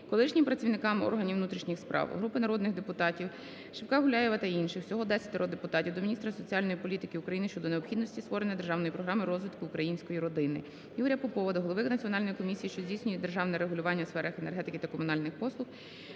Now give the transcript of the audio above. колишнім працівникам органів внутрішніх справ. Групи народних депутатів (Шипка, Гуляєва та інших; всього 10 депутатів) до міністра соціальної політики України щодо необхідності створення Державної програми розвитку української родини. Ігоря Попова до голови Національної комісії, що здійснює державне регулювання у сферах енергетики та комунальних послуг